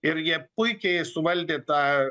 ir jie puikiai suvaldė tą